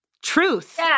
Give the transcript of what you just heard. Truth